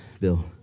Bill